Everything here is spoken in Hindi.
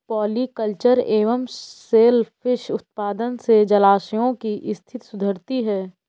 पॉलिकल्चर एवं सेल फिश उत्पादन से जलाशयों की स्थिति सुधरती है